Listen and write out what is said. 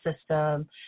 system